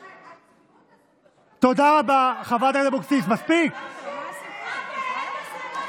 תראה, הצביעות הזאת פשוט, תודה רבה.